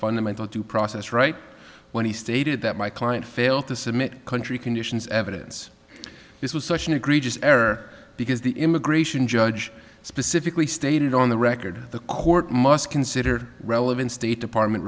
fundamental due process right when he stated that my client failed to submit country conditions evidence this was such an egregious error because the immigration judge specifically stated on the record the court must consider relevant state department